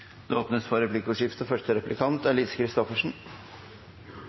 Det åpnes for replikkordskifte.